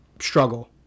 struggle